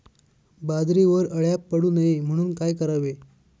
बाजरीवर अळ्या पडू नये म्हणून काय करावे?